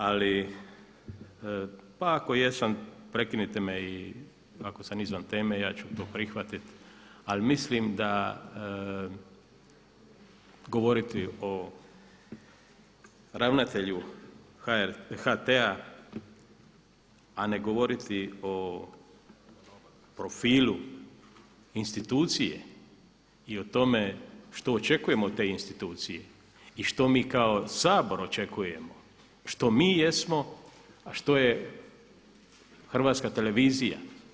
Ali pa ako jesam prekinite me i ako sam izvan teme i ja ću to prihvatiti, ali mislim da govoriti o ravnatelju HRT-a a ne govoriti o profilu institucije i o tome što očekujemo od te institucije i što mi kao Sabor očekujemo, što mi jesmo, a što je Hrvatska televizija.